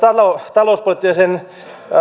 talouspoliittisen